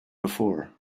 before